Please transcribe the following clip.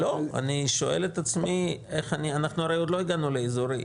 לא, אני שואל את עצמי, הרי עוד לא הגענו לאזורי.